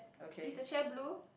is the chair blue